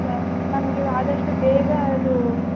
ಹಾಂ ಸರ್ ನಮಗೆ ಆದಷ್ಟು ಬೇಗ ಇದು